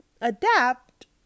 adapt